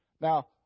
now